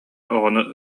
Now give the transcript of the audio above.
оҕону